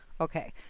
Okay